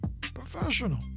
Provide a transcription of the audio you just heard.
professional